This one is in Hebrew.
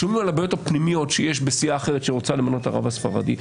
שומעים על הבעיות הפנימיות שיש בסיעה אחרת שרוצה למנות את הרב הספרדי,